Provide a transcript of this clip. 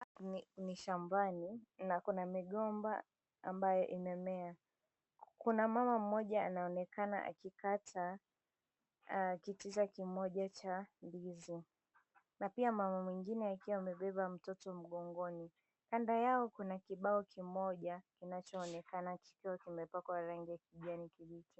Hapa ni shambani na kuna migomba ambayo imemea, kuna mama mmoja anaonekana akikata kitita kimoja cha ndizi, na pia mama mwingine akiwa amebeba mtoto mgongoni, kando yao kuna kibao kimoja kinachoonekana kikiwa kimepakwa rangi ya kijani kibichi.